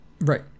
Right